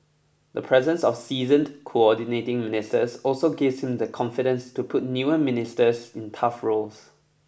the presence of seasoned coordinating ministers also gives him the confidence to put newer ministers in tough roles